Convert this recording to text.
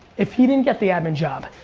if he didn't get the admin job,